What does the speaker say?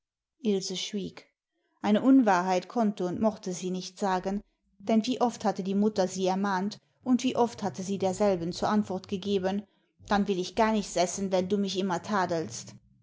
ilse schwieg eine unwahrheit konnte und mochte sie nicht sagen denn wie oft hatte die mutter sie ermahnt und wie oft hatte sie derselben zur antwort gegeben dann will ich gar nichts essen wenn du mich immer tadelst